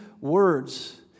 words